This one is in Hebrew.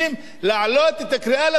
להעלות את הקריאה לתפילה למוסלמים.